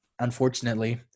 Unfortunately